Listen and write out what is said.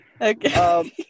Okay